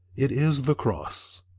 it is the cross.